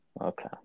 Okay